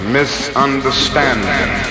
misunderstanding